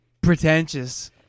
pretentious